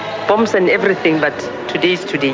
bombs and everything, but today is today.